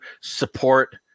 support